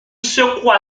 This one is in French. secoua